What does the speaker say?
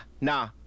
nah